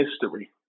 history